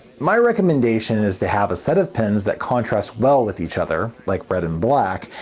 my recommendation is to have a set of pens that contrast well with each other, like red and black,